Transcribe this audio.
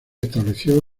estableció